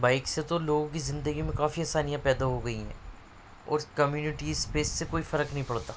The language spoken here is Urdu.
بائک سے تو لوگوں کی زندگی میں کافی آسانیاں پیدا ہوگئیں ہیں اور کمیونیٹیز پہ اس سے کوئی فرق نہیں پڑتا